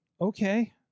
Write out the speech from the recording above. Okay